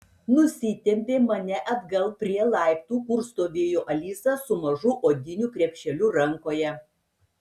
nusitempė mane atgal prie laiptų kur stovėjo alisa su mažu odiniu krepšeliu rankoje